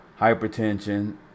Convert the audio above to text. hypertension